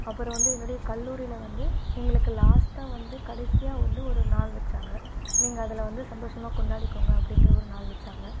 அப்புறம் வந்து என்னுடைய கல்லூரியில் வந்து எங்களுக்கு லாஸ்ட்டாக வந்து கடைசியாக வந்து ஒரு நாள் வச்சாங்கள் நீங்கள் அதில் வந்து சந்தோஷமாக கொண்டாடிக்கோங்க அப்படிங்கிற ஒரு நாள் வச்சாங்கள்